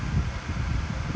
right it's like someone tell